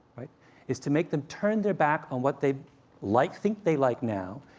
it's to make them turn their back on what they like think they like now,